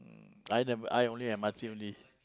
I never I only M_R_T only